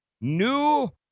New